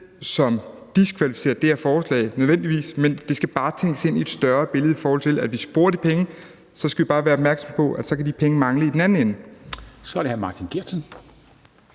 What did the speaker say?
som diskvalificerer det her forslag, nødvendigvis, men det skal bare tænkes ind i et større billede, i forhold til at hvis vi bruger de penge, skal vi bare være opmærksomme på, at så kan de penge mangle i den anden ende. Kl. 13:20 Formanden